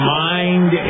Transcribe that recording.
mind